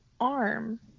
arm